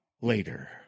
later